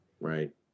Right